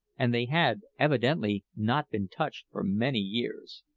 and they had evidently not been touched for many years.